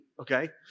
Okay